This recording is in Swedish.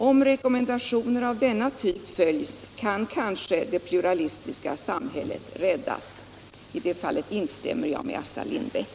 Om rekommendationer av denna typ följs kan kanske det pluralistiska samhället räddas.” I det här fallet instämmer jag med Assar Lindbeck.